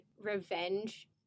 revenge –